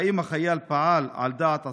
2. האם החייל פעל על דעת עצמו?